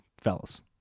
fellas